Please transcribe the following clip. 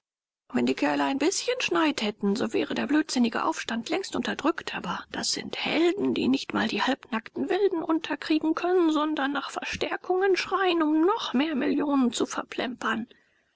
wenn die kerle ein bißchen schneid hätten so wäre der blödsinnige aufstand längst unterdrückt aber das sind helden die nicht mal die halbnackten wilden unterkriegen können sondern nach verstärkungen schreien um noch mehr millionen zu